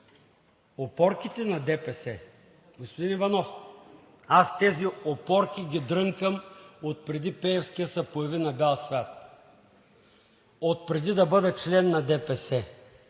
Опорките на ДПС. Господин Иванов, аз тези опорки ги дрънкам отпреди Пеевски да се появи на бял свят, отпреди да бъда член на ДПС.